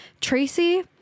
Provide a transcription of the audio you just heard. Tracy